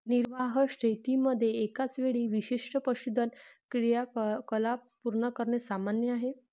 निर्वाह शेतीमध्ये एकाच वेळी विशिष्ट पशुधन क्रियाकलाप पूर्ण करणे सामान्य आहे